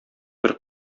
бер